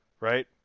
right